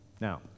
Now